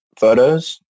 photos